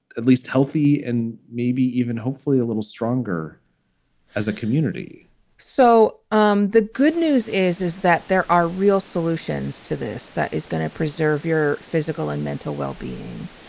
at least healthy and maybe even hopefully a little stronger as a community so um the good news is, is that there are real solutions to this that is going to preserve your physical and mental well-being.